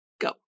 Go